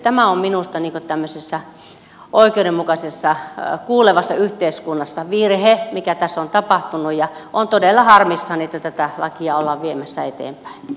tämä on minusta tämmöisessä oikeudenmukaisessa kuulevassa yhteiskunnassa virhe mikä tässä on tapahtunut ja olen todella harmissani että tätä lakia ollaan viemässä eteenpäin